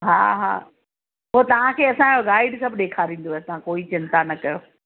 हा हा हो तव्हांखे असांजो गाईड सभु ॾेखारींदव तव्हां कोई चिंता न कयो